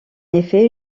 effet